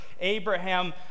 Abraham